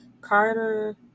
Carter